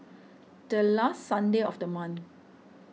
the last Sunday of the month